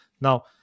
Now